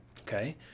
Okay